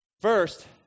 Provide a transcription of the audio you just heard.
First